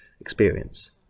experience